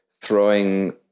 throwing